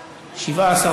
העבודה,